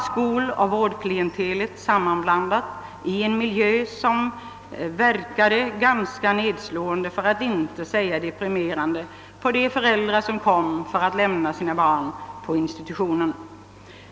Skoloch vårdklientelet var sammanblandat i en miljö som verkade ganska nedslående på de föräldrar som skulle lämna sina barn på institutionerna.